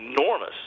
enormous